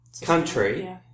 country